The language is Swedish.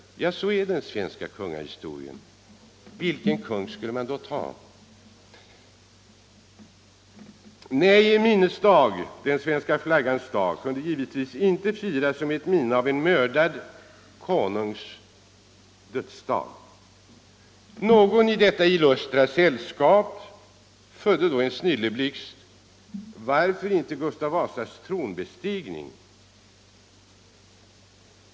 Ja, så är den svenska kungahistorien. Vilken kung skulle man då ta? En minnesdag — den svenska flaggans dag — kunde givetvis inte firas som ett minne av en mördad konungs dödsdag. Någon i detta illustra sällskap födde en snilleblixt; varför inte Gustav Vasas tronbestigning.